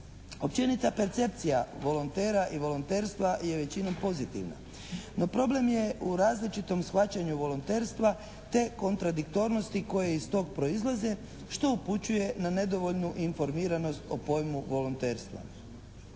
Općenita percepcija volontera i volonterstva je većinom pozitivna, no problem je u različitom shvaćanju volonterstva te kontradiktornosti koje iz tog proizlaze što upućuje na nedovoljnu informiranost o pojmu volonterstva.